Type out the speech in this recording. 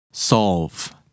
solve